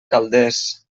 calders